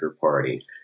party